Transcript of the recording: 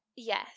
Yes